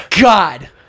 God